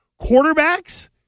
quarterbacks